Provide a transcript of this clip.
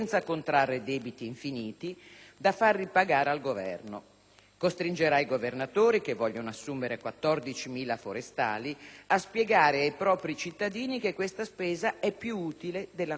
da far pagare al Governo e costringerà i Governatori che vogliono assumere 14.000 forestali a spiegare ai propri cittadini che questa spesa è più utile della costruzione di nuovi asili.